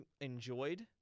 enjoyed